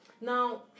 Now